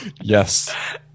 Yes